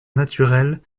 naturelle